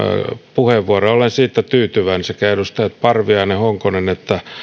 puheenvuoroja olen siitä tyytyväinen sekä edustajat parviainen honkonen että